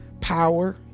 power